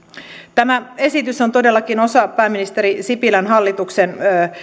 tämä esitys on todellakin osa pääministeri sipilän hallituksen